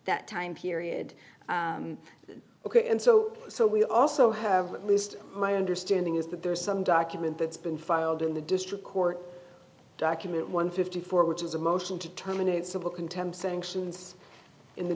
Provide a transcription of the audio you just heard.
that time period ok and so so we also have at least my understanding is that there's some document that's been filed in the district court document one fifty four which is a motion to terminate civil contempt sanctions in the